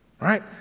right